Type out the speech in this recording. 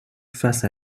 face